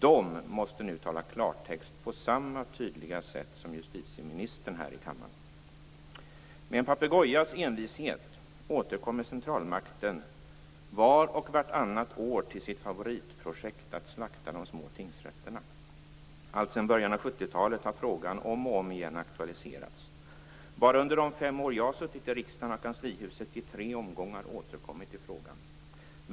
De måste nu tala klartext på samma entydiga sätt, som justitieministern här i kammaren. Med en papegojas envishet återkommer centralmakten var och vartannat år till sitt favoritprojekt att slakta de små tingsrätterna. Alltsedan början av 70 talet har frågan om och om igen aktualiserats. Bara under de fem år jag suttit i riksdagen har Kanslihuset i tre omgångar återkommit i frågan.